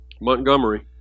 Montgomery